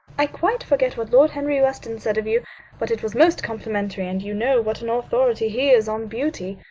i quite forget what lord henry weston said of you but it was most complimentary, and you know what an authority he is on beauty.